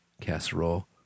casserole